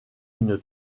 une